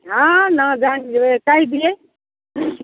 हँ ने जानि जेबै कैह दियै